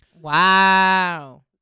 Wow